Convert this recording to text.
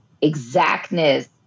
exactness